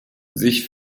sich